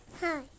Hi